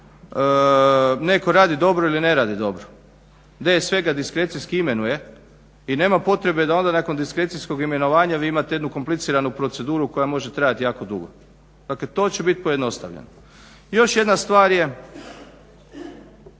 netko radi dobro ili ne radi dobro. DSV ga diskrecijski imenuje i nema potrebe da onda nakon diskrecijskog imenovanja vi imate jednu kompliciranu proceduru koja može trajati jako dugo. Dakle, to će biti pojednostavljeno. Još jedna stvar je